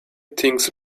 things